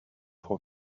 for